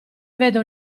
vedo